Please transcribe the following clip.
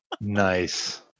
nice